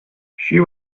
she